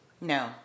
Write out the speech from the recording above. No